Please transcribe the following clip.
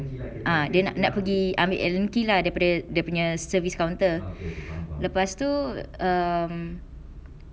ah dia na~ nak pergi ambil allen key lah daripada dia punya service counter lepas tu um